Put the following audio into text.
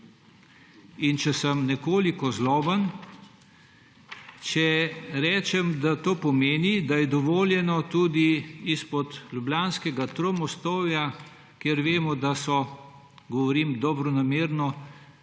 Če sem nekoliko zloben, rečem, da to pomeni, da je dovoljeno tudi izpod ljubljanskega Tromostovja – kjer vemo, da so, govorim dobronamerno,